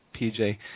PJ